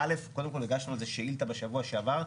קודם כול, הגשנו איזו שאילתה בשבוע שעבר.